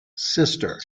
sister